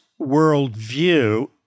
worldview